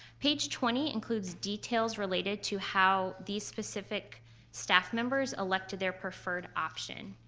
page twenty includes details related to how these specific staff members elected their preferred option.